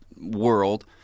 world